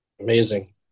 Amazing